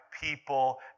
people